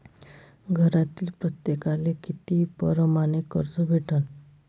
घरातील प्रत्येकाले किती परमाने कर्ज भेटन?